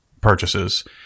purchases